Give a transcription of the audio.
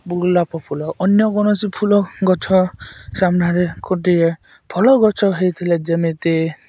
ଗୋଲାପ ଫୁଲ ଅନ୍ୟ କୌଣସି ଫୁଲ ଗଛ ସାମ୍ନାରେ ଗୋଟିଏ ଫଳ ଗଛ ହେଇଥିଲେ ଯେମିତି